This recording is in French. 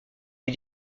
les